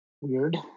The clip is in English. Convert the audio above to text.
weird